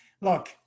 look